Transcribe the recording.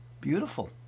Beautiful